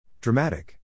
Dramatic